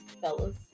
fellas